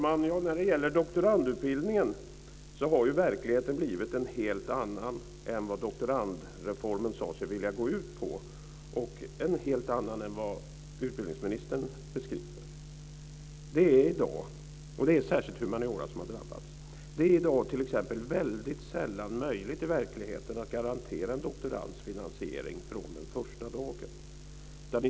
Fru talman! När det gäller doktorandutbildningen så har ju verkligheten blivit en helt annan än vad doktorandreformen skulle gå ut på och en helt annan än vad utbildningsministern beskriver. Och det är särskilt humaniora som har drabbats. Det är i dag t.ex. väldigt sällan möjligt i verkligheten att garantera en doktorands finansiering från den första dagen.